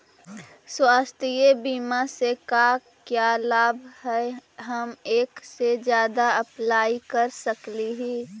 स्वास्थ्य बीमा से का क्या लाभ है हम एक से जादा अप्लाई कर सकली ही?